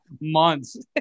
months